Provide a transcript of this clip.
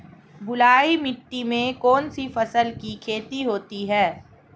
बलुई मिट्टी में कौनसी फसल की खेती होती है?